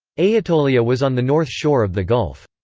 aetolia was on the north shore of the gulf.